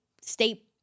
state